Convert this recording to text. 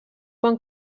quan